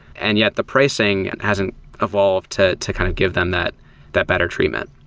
and yet the pricing hasn't evolved to to kind of give them that that better treatment.